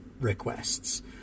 requests